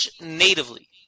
natively